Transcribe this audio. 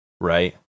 right